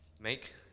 make